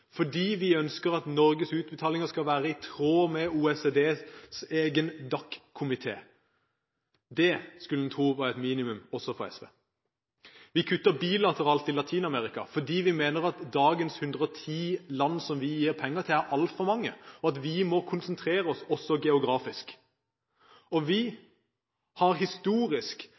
fordi vi ønsker at Norges utbetalinger skal være i tråd med OECDs egen DAC-komité. Det skulle en tro var et minimum – også for SV. Vi kutter bilateralt i Latin-Amerika fordi vi mener at dagens 110 land som vi gir penger til, er altfor mange, og at vi må konsentrere oss, også geografisk. Vi har historisk